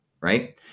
Right